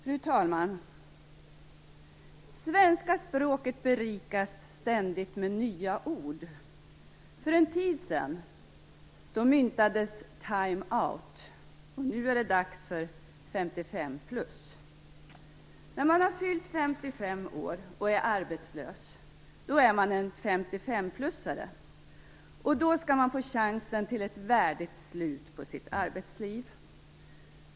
Fru talman! Svenska språket berikas ständigt med nya ord. För en tid sedan myntades time out, och nu är det dags för 55-plus. När man har fyllt 55 år och är arbetslös är man en 55-plussare, och då skall man få chansen till ett värdigt slut på sitt arbetsliv.